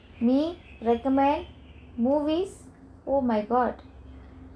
me recommend movies oh my god